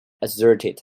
asserted